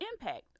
impact